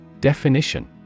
Definition